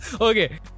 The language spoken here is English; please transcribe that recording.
Okay